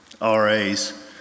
ras